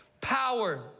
power